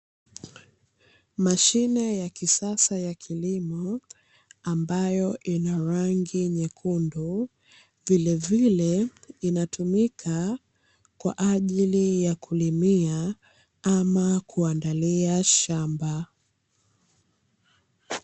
Mashine ya kisasa ya kilimo ambayo ina rangi nyekundu, vilevile inatumika kwa ajili ya kulimia ama kuandalia shamba.